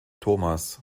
thomas